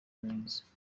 neza